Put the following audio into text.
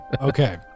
Okay